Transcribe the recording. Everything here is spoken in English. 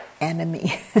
enemy